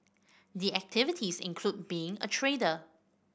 the activities include being a trader